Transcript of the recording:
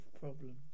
problem